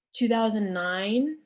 2009